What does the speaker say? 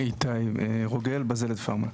איתי רוגל, בזלת פארם.